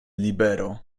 libero